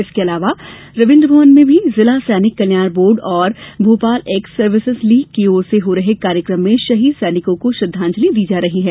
इसके अलावा रवीन्द्र भवन में भी जिला सैनिक कल्याण बोर्ड और भोपाल एक्स सर्विसेस लीग की ओर से हो रहे कार्यक्रम में शहीद सैनिकों को श्रद्वांजलि दी जा रही है